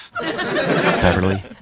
Beverly